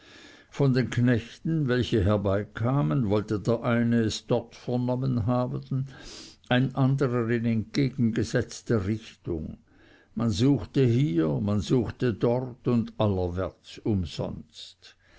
von den knechten welche herbeikamen wollte der eine es dort vernommen haben ein anderer in entgegengesetzter richtung man suchte hier man suchte dort und allerwärts umsonst